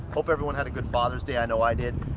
hope everyone had a good father's day. i know i did.